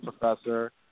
professor